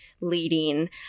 leading